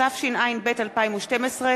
התשע"ב 2012,